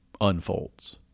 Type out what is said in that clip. unfolds